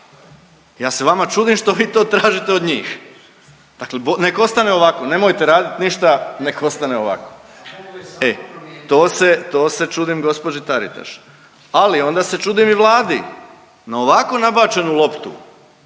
Ja se vama čudim što vi to tražite od njih, dakle nek ostane ovako, nemojte radit ništa, nek ostane ovako. E to se, to se čudim gđi. Taritaš, ali onda se čudim i Vladi. Na ovako nabačenu loptu